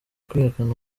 kwihakana